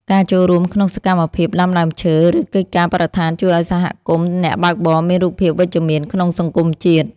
ការចូលរួមក្នុងសកម្មភាពដាំដើមឈើ ឬកិច្ចការបរិស្ថានជួយឱ្យសហគមន៍អ្នកបើកបរមានរូបភាពវិជ្ជមានក្នុងសង្គមជាតិ។